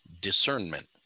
discernment